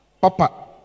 Papa